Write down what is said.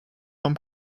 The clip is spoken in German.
vom